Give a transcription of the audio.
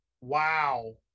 Wow